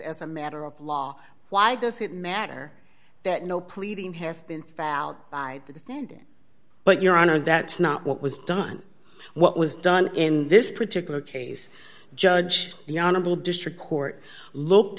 as a matter of law why does it matter that no pleading has been found out by the defendant but your honor that not what was done what was done in this particular case judge the honorable district court looked